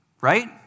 right